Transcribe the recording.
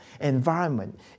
environment